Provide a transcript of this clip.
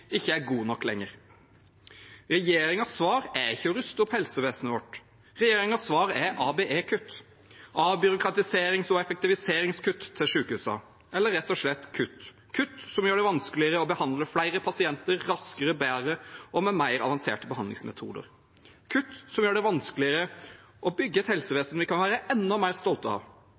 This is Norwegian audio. ikke lenger er god nok. Regjeringens svar er ikke å ruste opp helsevesenet vårt. Regjeringens svar er ABE-kutt – avbyråkratiserings- og effektiviseringskutt i sykehusene – eller rett og slett kutt, kutt som gjør det vanskeligere å behandle flere pasienter raskere, bedre og med mer avanserte behandlingsmetoder, kutt som gjør det vanskeligere å bygge et helsevesen som vi kan være enda mer stolt av.